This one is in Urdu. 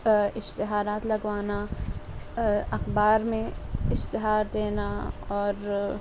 اشتہارات لگوانا اخبار میں اشتہار دینا اور